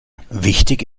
wichtig